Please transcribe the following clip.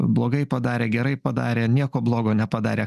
blogai padarė gerai padarė nieko blogo nepadarė